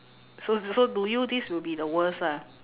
so so to you this will be the worst lah